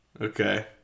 Okay